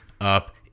up